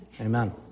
Amen